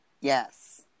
Yes